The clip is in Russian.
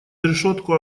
решетку